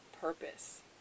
Purpose